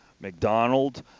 McDonald